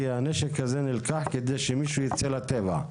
כי הנשק הזה נלקח כדי שמישהו יצא לטבע.